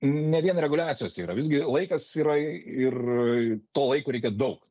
ne vien reguliacijose yra visgi laikas yra ir to laiko reikia daug